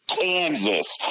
Kansas